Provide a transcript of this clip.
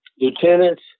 lieutenants